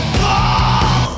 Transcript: fall